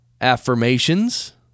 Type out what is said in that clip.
Affirmations